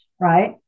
right